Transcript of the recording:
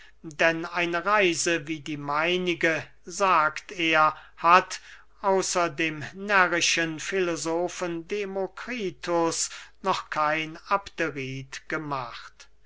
denn eine reise wie die meinige sagt er hat außer dem närrischen filosofen demokritus noch kein abderit gemacht